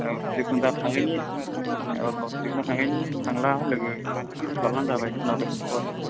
औ जेखुनजाया थांनायनि औ औ जेखुनि थांनायनि थांला लोगो लाब्लानो जाबाय खोनाबाय